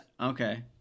Okay